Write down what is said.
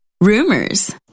rumors